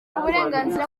uburenganzira